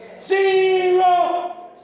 Zero